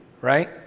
right